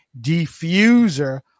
diffuser